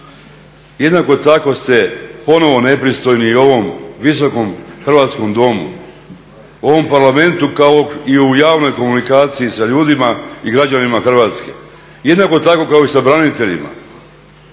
Jednako tako ste ponovo nepristojni u ovom visokom hrvatskom domu, u ovom parlamentu kao i u javnoj komunikaciji sa ljudima i građanima Hrvatske, jednako tako kao i sa braniteljima.